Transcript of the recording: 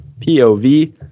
POV